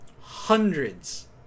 Hundreds